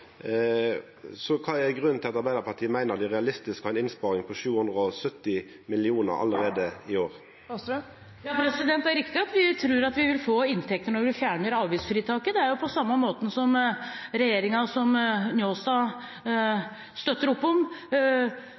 Kva er grunnen til at Arbeidarpartiet meiner det er realistisk å ha ei innsparing på 770 mill. kr allereie i år? Det er riktig at vi tror at vi vil få inntekter når vi fjerner avgiftsfritaket, på samme måte som regjeringen som representanten Njåstad støtter opp om,